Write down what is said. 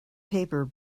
paper